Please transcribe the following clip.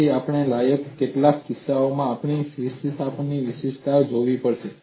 પછી આપણે લાયક કેટલાક કિસ્સાઓમાં આપણે વિસ્થાપનની વિશિષ્ટતા જોવી પડશે